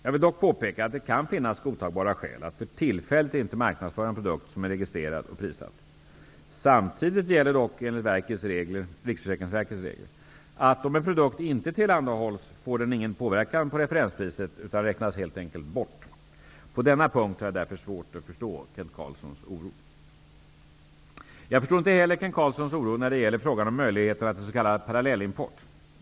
Jag vill dock påpeka att det kan finnas godtagbara skäl att för tillfället inte marknadsföra en produkt som är registrerad och prissatt. Samtidigt gäller dock enligt RFV:s regler att om en produkt inte tillhandahålls får den ingen påverkan på referenspriset utan räknas helt enkelt bort. På denna punkt har jag därför svårt att förstå Kent Carlssons oro. Jag förstår inte heller Kent Carlssons oro när det gäller frågan om möjligheterna till s.k. parallellimport.